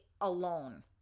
alone